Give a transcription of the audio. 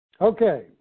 Okay